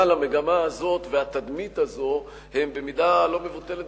אבל המגמה הזאת והתדמית הזאת הן במידה לא מבוטלת